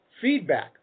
Feedback